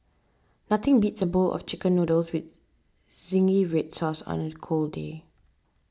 nothing beats a bowl of Chicken Noodles with Zingy Red Sauce on a cold day